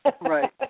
Right